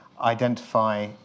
identify